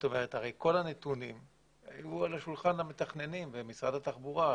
הרי כל הנתונים היו על השולחן למתכננים במשרד התחבורה,